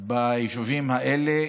ביישובים האלה,